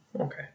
Okay